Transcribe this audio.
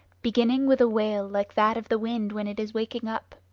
beginning with a wail like that of the wind when it is waking up.